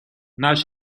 наш